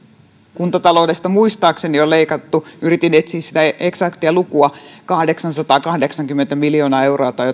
kuntataloudesta on muistaakseni leikattu yritin etsiä sitä eksaktia lukua kahdeksansataakahdeksankymmentä miljoonaa euroa tai